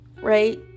right